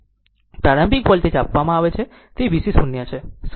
પ્રારંભિક વોલ્ટેજ આપવામાં આવે છે તે VC 0 છે